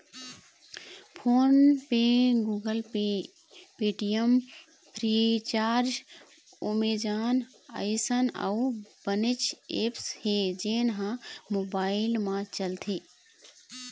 phone पे, Google Pay, Paytm, Freecharge, Amazon अइसन अउ बनेच ऐप्स हे जेन ह मोबाईल म चलथे